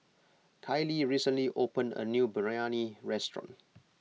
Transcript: Kylee recently opened a new Biryani restaurant